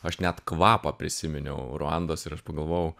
aš net kvapą prisiminiau ruandos ir aš pagalvojau